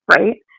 right